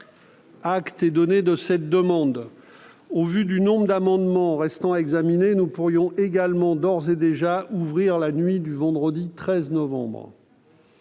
Acte est donné de cette demande. Au vu du nombre d'amendements restant à examiner, nous pourrions également d'ores et déjà ouvrir la nuit du vendredi 13 novembre.